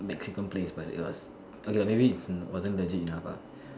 Mexican place but it was okay it wasn't legit enough ah